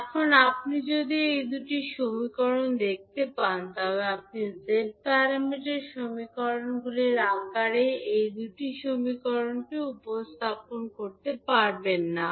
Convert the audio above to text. এখন আপনি যদি এই দুটি সমীকরণ দেখতে পান তবে আপনি z প্যারামিটার সমীকরণগুলির আকারে এই দুটি সমীকরণকে উপস্থাপন করতে পারবেন না